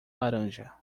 laranja